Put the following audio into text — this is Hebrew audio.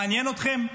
מעניין אתכם?